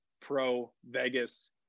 pro-Vegas